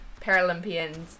Paralympians